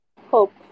Hope